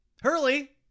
Hurley